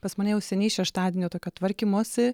pas mane jau seniai šeštadienio tokio tvarkymosi